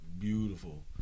beautiful